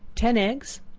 ten eggs,